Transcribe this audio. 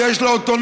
ויש לה אוטונומיה,